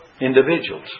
Individuals